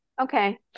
Okay